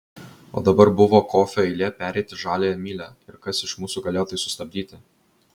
o dabar buvo kofio eilė pereiti žaliąja mylia ir kas iš mūsų galėjo tai sustabdyti